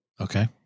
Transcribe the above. Okay